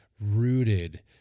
rooted